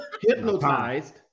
Hypnotized